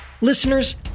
Listeners